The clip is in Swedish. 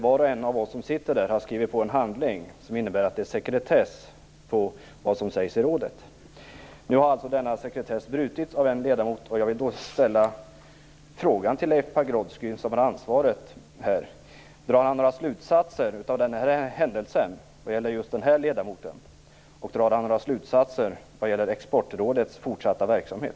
Var och en av oss som sitter där har skrivit på en handling som innebär att det är sekretess på vad som sägs i rådet. Nu har alltså denna sekretess brutits av en ledamot, och då vill jag fråga Leif Pagrotsky som har ansvaret: Drar Leif Pagrotsky några slutsatser av denna händelse vad gäller just den här ledamoten? Drar han några slutsatser vad gäller Exportkontrollrådets fortsatta verksamhet?